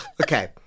Okay